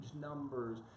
numbers